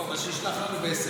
טוב, אז שישלח לנו בסמ"ס.